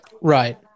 right